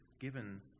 given